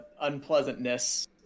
unpleasantness